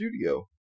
studio